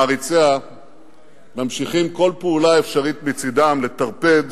ומעריציה ממשיכים כל פעולה אפשרית מצדם לטרפד